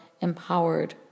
empowered